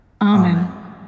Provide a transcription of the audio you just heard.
Amen